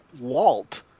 Walt